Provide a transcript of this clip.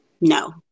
no